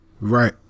Right